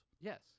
Yes